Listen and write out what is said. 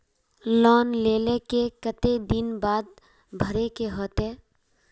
Loan लेल के केते दिन बाद भरे के होते?